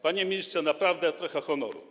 Panie ministrze, naprawdę trochę honoru.